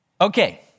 Okay